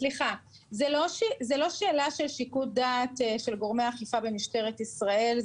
לא שאלה של שיקול דעת של גורמי האכיפה במשטרת ישראל.